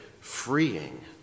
freeing